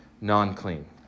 Non-clean